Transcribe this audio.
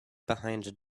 behind